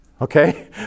okay